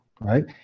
right